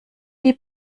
die